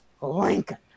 Lincoln